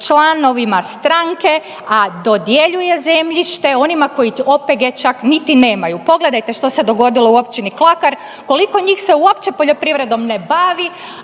članovima stranke, a dodjeljuje zemljište onima koji OPG čak niti nemaju. Pogledajte što se dogodilo u općini Klakar, koliko njih se uopće poljoprivredom ne bavi,